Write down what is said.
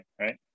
right